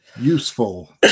useful